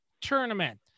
tournament